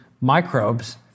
microbes